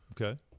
Okay